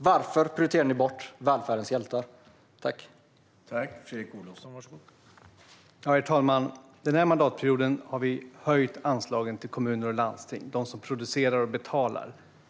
Varför prioriterar ni bort välfärdens hjältar, Fredrik Olovsson?